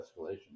escalation